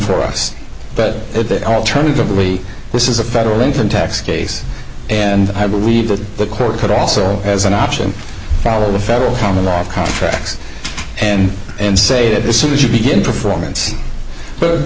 for us but they alternatively this is a federal income tax case and i believe that the court could also as an option for the federal common law of contracts and and say that as soon as you begin performance but